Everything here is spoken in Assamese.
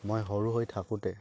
মই সৰু হৈ থাকোঁতে